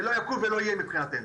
לא יקום ולא יהיה מבחינתנו.